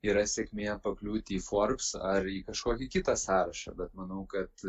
yra sėkmė pakliūti į forbes ar į kažkokį kitą sąrašą bet manau kad